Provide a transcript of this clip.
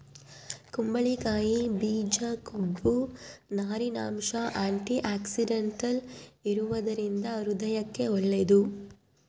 ಕುಂಬಳಕಾಯಿ ಬೀಜ ಕೊಬ್ಬು, ನಾರಿನಂಶ, ಆಂಟಿಆಕ್ಸಿಡೆಂಟಲ್ ಇರುವದರಿಂದ ಹೃದಯಕ್ಕೆ ಒಳ್ಳೇದು